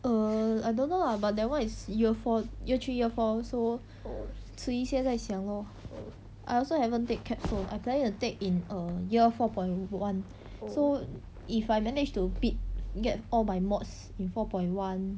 err I don't know lah but that [one] is year four year three year four so 迟一些在想 lor I also haven't take capstone I planning to take in err year four point one so if I manage to bid get all my mods in four point one